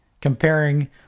comparing